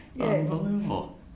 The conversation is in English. Unbelievable